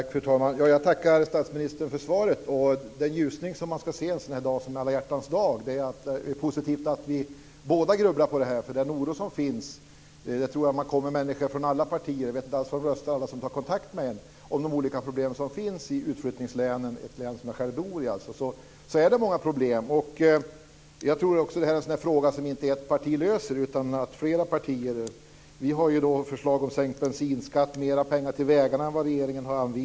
Fru talman! Jag tackar statsministern för svaret. Den ljusning som man ska se en dag som alla hjärtans dag är att det är positivt att vi båda grubblar på det här. Den oro som finns - jag tror att det gäller människor från alla partier, men jag vet ju inte hur alla röstar som tar kontakt med mig om de olika problemen i ett utflyttningslän, som jag alltså själv bor i - visar att det finns många problem. Jag tror att det här är en fråga som inte ett parti ensamt löser, utan det behövs flera partier. Vi har förslag om sänkt bensinskatt och om mer pengar till vägarna än vad regeringen har anvisat.